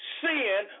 sin